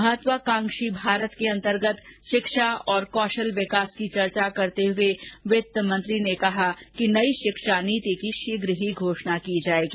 महात्वाकांक्षी भारत के अंतर्गत शिक्षा और कौशल विकास की चर्चा करते हुए वित्तमंत्री ने कहा कि नई शिक्षा नीति की शीघ्र ही घोषणा की जाएगी